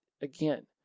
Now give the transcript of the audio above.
again